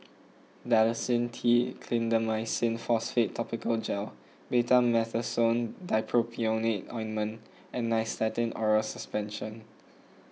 Dalacin T Clindamycin Phosphate Topical Gel Betamethasone Dipropionate Ointment and Nystatin Oral Suspension